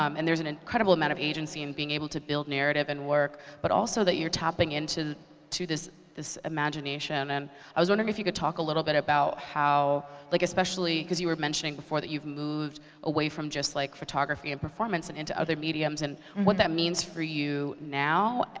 um and there's an incredible amount of agency in being able to build narrative and work but also that you're tapping into this this imagination. and i was wondering if you could talk a little bit about how like especially, cause you were mentioning before, that you've moved away from just like photography and performance and into other mediums and what that means for you now,